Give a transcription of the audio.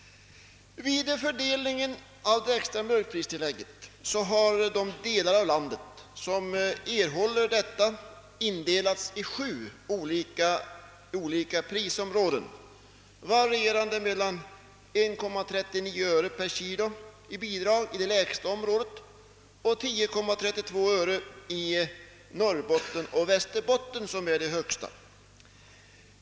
Vid fördelningen av det extra mjölkpristillägget indelas landet i sju olika prisområden, för vilka tillägget varierar från 1,39 öre per kilo till 10,32 öre — det förstnämnda beloppet avser alltså det område där bidraget är lägst, medan det sistnämnda beloppet gäller för Norrbotten och Västerbotten, som har det högsta tillägget.